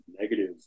negative